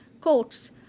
courts